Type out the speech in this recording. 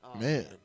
Man